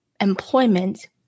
employment